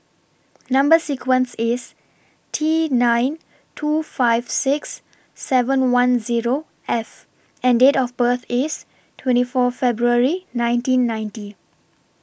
Number sequence IS T nine two five six seven one Zero F and Date of birth IS twenty four February nineteen ninety